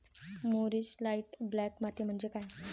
मूरिश light black माती म्हणजे काय?